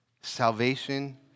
Salvation